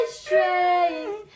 strength